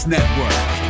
Network